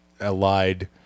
allied